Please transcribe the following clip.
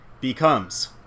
becomes